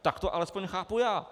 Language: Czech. Tak to alespoň chápu já.